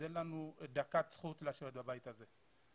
אז אין לנו דקת זכות לשבת בבית הזה.